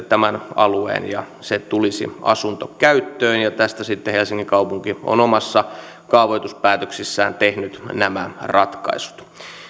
tämän alueen ja se tulisi asuntokäyttöön ja tästä helsingin kaupunki on omissa kaavoituspäätöksissään tehnyt nämä ratkaisut